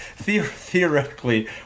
theoretically